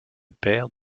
père